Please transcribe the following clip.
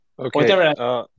Okay